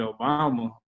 Obama